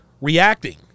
reacting